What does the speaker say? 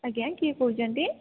ଆଜ୍ଞା କିଏ କହୁଛନ୍ତି